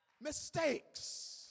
mistakes